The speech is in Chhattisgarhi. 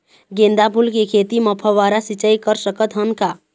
गेंदा फूल के खेती म फव्वारा सिचाई कर सकत हन का?